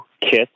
kits